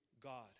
God